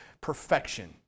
perfection